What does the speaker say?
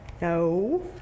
no